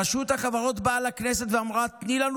רשות החברות באה לכנסת ואמרה: תני לנו